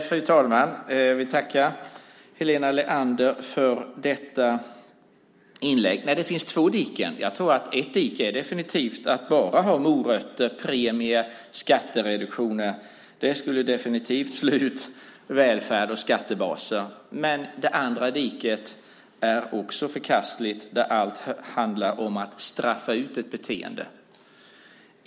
Fru talman! Jag tackar Helena Leander för detta inlägg. Det finns två diken. Jag tror att ett dike definitivt är att bara ha morötter, premier och skattereduktioner. Det skulle definitivt slå ut välfärd och skattebaser. Det andra diket, där allt handlar om att straffa ut ett beteende, är också förkastligt.